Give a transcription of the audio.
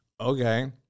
Okay